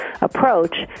approach